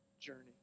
journey